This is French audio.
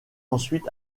ensuite